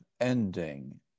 ending